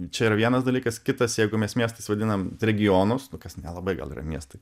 čia yra vienas dalykas kitas jeigu mes miestais vadinam regionus nu kas nelabai gal yra miestai